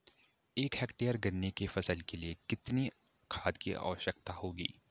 एक हेक्टेयर गन्ने की फसल के लिए कितनी खाद की आवश्यकता होगी?